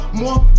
more